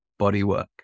bodywork